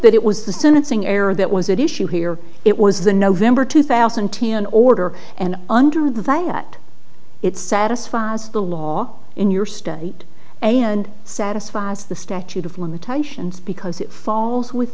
that it was the sentencing error that was at issue here it was the november two thousand and ten order and under that it satisfies the law in your state and satisfies the statute of limitations because it falls with